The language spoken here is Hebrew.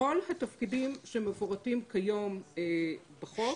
כל התפקידים שמפורטים כיום בחוק